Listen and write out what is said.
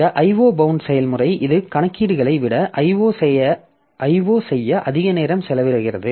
இந்த IO bound செயல்முறை இது கணக்கீடுகளை விட IO செய்ய அதிக நேரம் செலவிடுகிறது